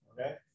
Okay